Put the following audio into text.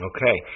Okay